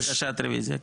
בקשת רביזיה.